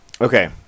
okay